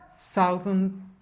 southern